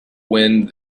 wind